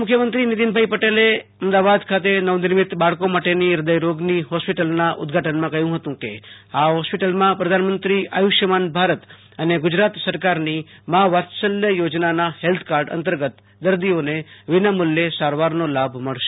નાયલ મુખ્યમૅત્રી નીતિને પટેલે અમદાવાદ ખાતે નવનિર્મિત બાળકો માટેની હૃદયરોગની હોસ્પિટલના ઉદ્દઘાટનેમાં કહ્યું હતું કે આ હોસ્પિટલમાં પ્રધાનમંત્રી આયુષ્યમાન ભારત અને ગુજરાત સરકારની મા વાત્સલ્ય યોજેનાના હેલ્થ કાર્ડ અંતર્ગત દર્દીઓને વિનામૂલ્યે સારવારનો લાભ મળશે